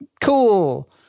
Cool